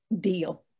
deal